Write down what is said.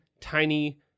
tiny